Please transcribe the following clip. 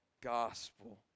gospel